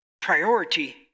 priority